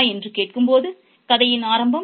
" என்று கேட்கும்போது கதையின் ஆரம்பம்